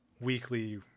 weekly